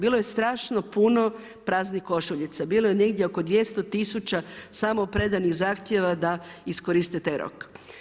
Bilo je strašno puno praznih košuljica, bilo je negdje oko 200 tisuća samo predanih zahtijeva da iskoriste taj rok.